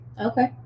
okay